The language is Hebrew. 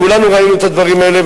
כולנו ראינו את הדברים האלה,